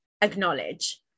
acknowledge